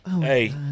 Hey